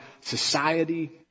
society